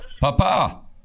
Papa